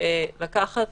לקחת